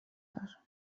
دار